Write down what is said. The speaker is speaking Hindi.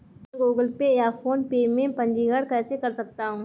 मैं गूगल पे या फोनपे में पंजीकरण कैसे कर सकता हूँ?